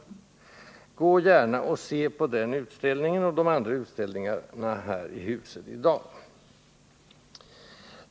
Gå f.ö. gärna och se på den utställningen och de andra här i huset i dag!